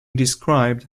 described